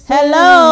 Hello